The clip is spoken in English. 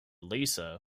lisa